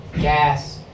gas